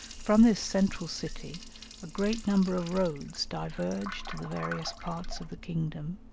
from this central city a great number of roads diverge to the various parts of the kingdom,